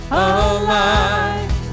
alive